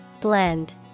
Blend